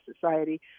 Society